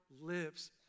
lives